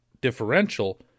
differential